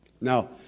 Now